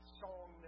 song